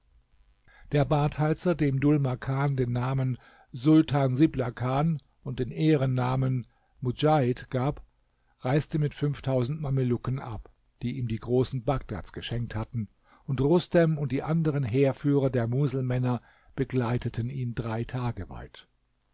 der badheizer dem dhul makan den namen sultan siblakan und den ehrennamen mudjahid gab reiste mit fünftausend mamelucken ab die ihm die großen bagdads geschenkt hatten und rustem und die anderen heerführer der muselmänner begleiteten ihn drei tage weit